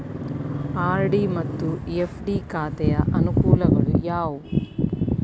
RD ಮತ್ತು FD ಖಾತೆಯ ಅನುಕೂಲಗಳು ಯಾವುವು?